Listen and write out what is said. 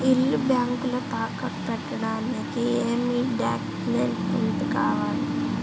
ఇల్లు బ్యాంకులో తాకట్టు పెట్టడానికి ఏమి డాక్యూమెంట్స్ కావాలి?